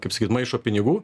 kaip sakyt maišo pinigų